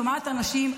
שומעת אנשים,